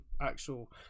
actual